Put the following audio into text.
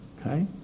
Okay